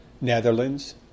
Netherlands